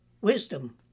wisdom